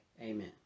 Amen